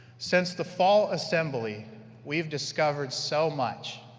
since the fall assembly we have discovered so much.